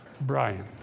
Brian